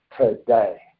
today